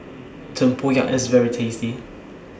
Tempoyak IS very tasty